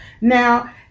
Now